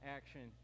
action